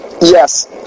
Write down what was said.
yes